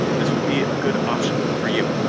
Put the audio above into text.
this would be a good option for you.